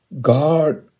God